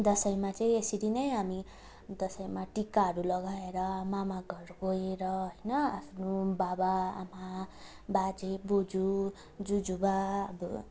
दसैँमा चाहिँ यसरी नै हामी दसैँमा टिकाहरू लगाएर मामा घर गएर होइन आफ्नो बाबा आमा बाजे बोजू जुजु बाहरू